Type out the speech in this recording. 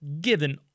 given